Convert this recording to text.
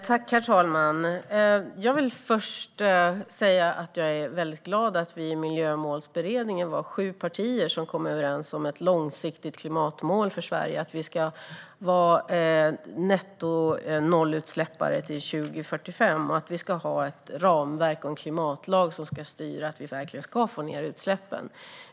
Herr talman! Jag vill först säga att jag är mycket glad över att vi i Miljömålsberedningen var sju partier som kom överens om ett långsiktigt klimatmål för Sverige, att vi ska vara nettonollutsläppare till 2045 och att vi ska ha ett ramverk och en klimatlag som ska styra att vi verkligen ska få ned utsläppen.